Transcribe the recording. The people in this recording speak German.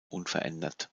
unverändert